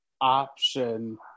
option